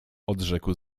odrzekł